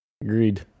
Agreed